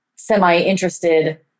semi-interested